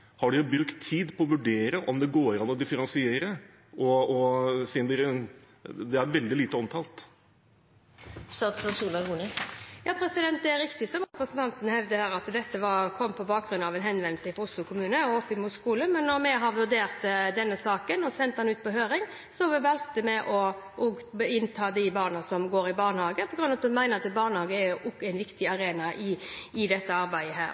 bruke de argumentene som er viktige i forhold til hva denne saken har som utgangspunkt, og utgangspunktet var en henvendelse fra Drammen kommune og Oslo kommune, som ønsket virkemidler for å forhindre langvarig fravær. Så igjen: Har man i det hele tatt brukt tid på å vurdere om det går an å differensiere? Det er veldig lite omtalt. Det er riktig som representanten hevder her, at dette har kommet på bakgrunn av en henvendelse fra Oslo kommune opp mot skole, men da vi vurderte denne saken og sendte den ut på høring, valgte vi å ta med de barna som går i barnehage,